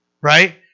right